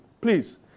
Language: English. please